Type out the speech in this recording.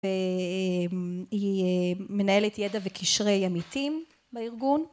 והיא מנהלת ידע וקשרי עמיתים בארגון